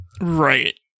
Right